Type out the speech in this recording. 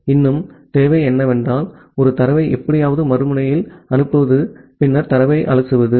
இன்னும் தேவை என்னவென்றால் ஒரு தரவை எப்படியாவது மறுமுனையில் அனுப்புவது பின்னர் தரவை அலசுவது